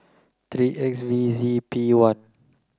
three X V Z P one